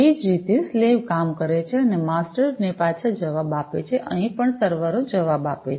તે જ રીતે જે સ્લેવકામ કરે છે અને માસ્ટર્સને પાછા જવાબ આપે છે અહીં પણ સર્વરો જવાબ આપે છે